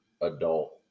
adult